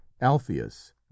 Alpheus